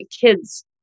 kids